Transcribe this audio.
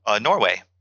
Norway